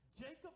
Jacob